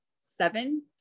seven